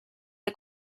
the